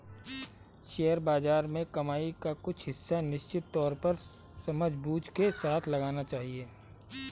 share बाज़ार में कमाई का कुछ हिस्सा निश्चित तौर पर समझबूझ के साथ लगाना चहिये